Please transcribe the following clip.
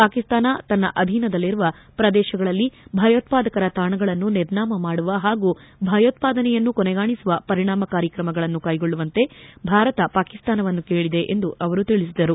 ಪಾಕಿಸ್ತಾನ ತನ್ನ ಅಧೀನದಲ್ಲಿರುವ ಪ್ರದೇಶಗಳಲ್ಲಿ ಭಯೋತ್ಪಾದಕರ ತಾಣಗಳನ್ನು ನಿರ್ನಾಮ ಮಾಡುವ ಹಾಗೂ ಭಯೋತ್ಪಾದನೆಯನ್ನು ಕೊನೆಗಾಣಿಸುವ ಪರಿಣಾಮಕಾರಿ ಕ್ರಮಗಳನ್ನು ಕೈಗೊಳ್ಳುವಂತೆ ಭಾರತ ಪಾಕಿಸ್ತಾನವನ್ನು ಕೇಳಿದೆ ಎಂದು ಅವರು ತಿಳಿಸಿದರು